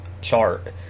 chart